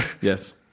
Yes